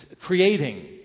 creating